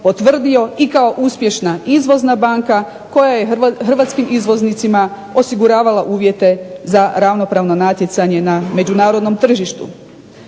potvrdio i kao uspješna izvozna banka koja je hrvatskim izvoznicima osiguravala uvjete za ravnopravno natjecanje na međunarodnom tržištu.